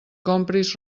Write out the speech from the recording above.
compris